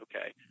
okay